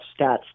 stats